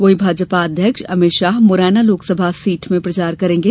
वहीं भाजपा अध्यक्ष अमित शाह मुरैना लोकसभा सीट में प्रचार करेंगे